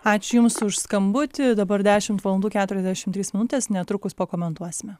ačiū jums už skambutį dabar dešimt valandų keturiasdešimt trys minuts netrukus pakomentuosime